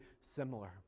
similar